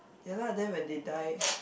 ya lah then when they die